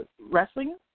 wrestling